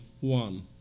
one